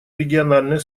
региональное